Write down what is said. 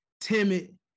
timid